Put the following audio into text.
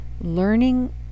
learning